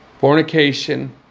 Fornication